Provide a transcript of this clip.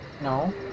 no